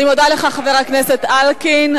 אני מודה לך, חבר הכנסת אלקין.